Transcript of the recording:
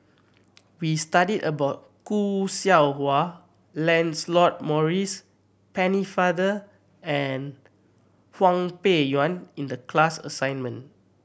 we studied about Khoo Seow Hwa Lancelot Maurice Pennefather and Hwang Peng Yuan in the class assignment